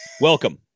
Welcome